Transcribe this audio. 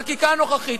בחקיקה הנוכחית,